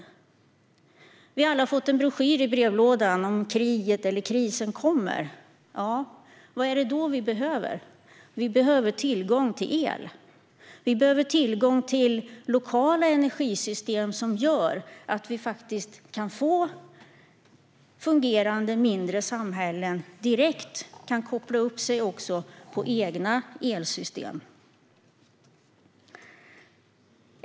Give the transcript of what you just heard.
Vi har alla fått en broschyr i brevlådan, Om krisen eller kriget kommer . Vad är det då vi behöver? Vi behöver tillgång till el. Vi behöver tillgång till lokala energisystem som gör att vi kan få fungerande mindre samhällen där man direkt kan koppla upp sig på egna elsystem.